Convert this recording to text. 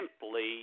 simply